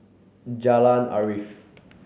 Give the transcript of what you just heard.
Jalan Arif